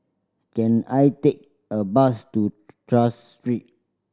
can I take a bus to Tras Street